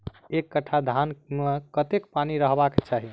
एक कट्ठा धान मे कत्ते पानि रहबाक चाहि?